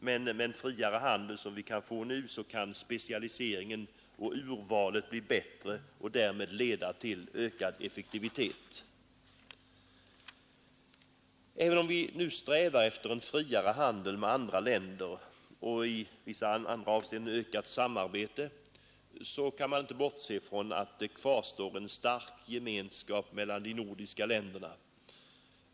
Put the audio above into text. Med den friare handel som vi kan få nu kan specialiseringen och urvalet bli bättre och därmed leda till ökad effektivitet. Även om vi strävar efter en friare handel med andra länder och i vissa avseenden ökat samarbete, kan man ändå inte bortse från att det kvarstår en stark gemenskap mellan de nordiska länderna.